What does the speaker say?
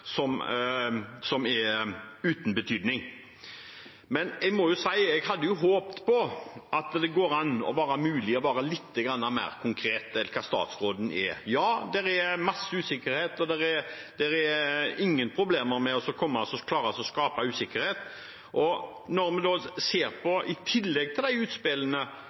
som uten betydning. Men jeg hadde jo håpt at det var mulig å være lite grann mer konkret enn det statsråden er. Ja, det er masse usikkerhet, og det er ingen problemer med å klare å skape usikkerhet. Og i tillegg til de utspillene som Sande har vært ute med, har statsråden selv skapt usikkerhet og forvirring med svar på